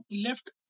left